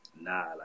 nah